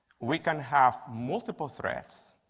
we can have multiple threats.